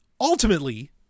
ultimately